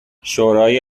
شورای